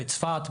בצפת,